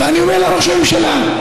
ואני אומר לראש הממשלה,